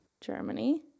Germany